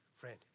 friend